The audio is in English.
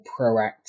proactive